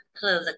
Hello